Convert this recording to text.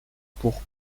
pour